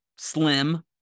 Slim